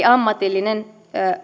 ammatillinen